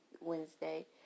Wednesday